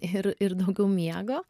ir ir daugiau miego